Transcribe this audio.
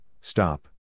stop